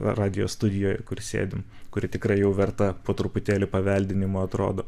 radijo studijoje kur sėdim kuri tikrai jau verta po truputėlį paveldinimo atrodo